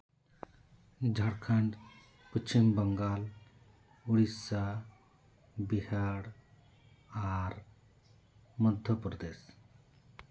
Jharkhand ᱯᱚᱪᱷᱤᱢ Bengal Odisha Bihar ᱟᱨ Madhya Pradesh